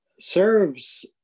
serves